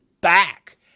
back